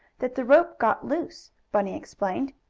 that the rope got loose, bunny explained.